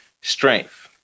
strength